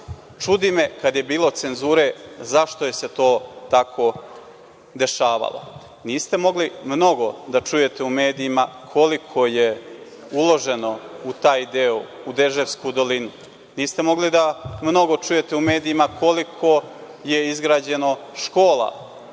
Čudi me, kada je bilo cenzure, zašto se to tako dešavalo. Niste mogli mnogo da čujete u medijima koliko je uloženo u taj deo, u Deževsku dolinu. Niste mogli da mnogo čujete u medijima koliko je izgrađeno škola,